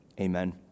amen